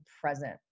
present